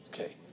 okay